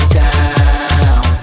down